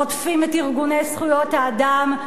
רודפים את ארגוני זכויות האדם.